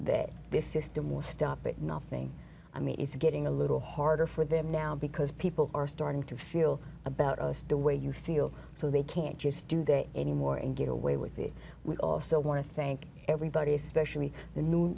that this system will stop at nothing i mean it's getting a little harder for them now because people are starting to feel about us to way you feel so they can't just do that anymore and get away with it we also want to thank everybody especially the new